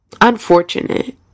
unfortunate